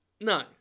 No